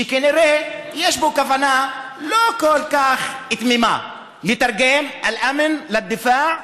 שכנראה יש פה כוונה לא כל כך תמימה לתרגם: אל-אמן אל-דיפאע,